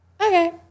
okay